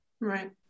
right